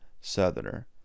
southerner